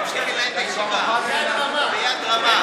תמשיכי לנהל את הישיבה ביד רמה.